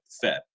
Fed